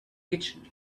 kitchen